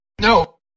No